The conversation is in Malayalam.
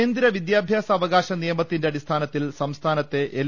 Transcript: കേന്ദ്ര വിദ്യാഭ്യാസ അവാകശ്യനിയമത്തിന്റെ അടിസ്ഥാനത്തിൽ സംസ്ഥാനത്തെ എൽ